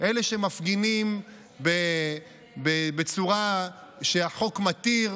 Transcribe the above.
אלה שמפגינים בצורה שהחוק מתיר,